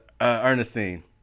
Ernestine